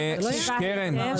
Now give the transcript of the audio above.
בהחלט --- קרן,